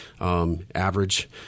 average